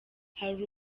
hari